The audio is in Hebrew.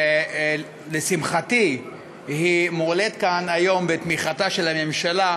שלשמחתי מועלית כאן היום בתמיכתה של הממשלה,